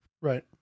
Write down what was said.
Right